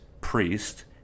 priest